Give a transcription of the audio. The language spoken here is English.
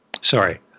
Sorry